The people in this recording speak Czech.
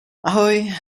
ahoj